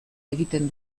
egiten